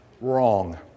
Wrong